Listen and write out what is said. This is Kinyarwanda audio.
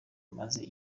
maze